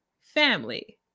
family